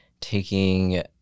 taking